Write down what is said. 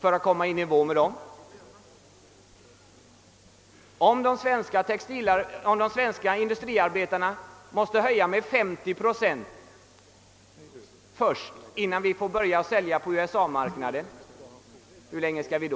för att komma på samma nivå. Skall vi vänta, tills de svenska industriarbetarna fått höja sina löner med 50 procent innan vi får börja sälja på USA-marknaden?